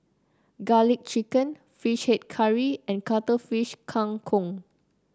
garlic chicken fish head curry and Cuttlefish Kang Kong